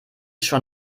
schon